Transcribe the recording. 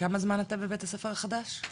כמה זמן אתה בבית הספר החדש?